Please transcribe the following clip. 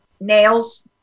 Nails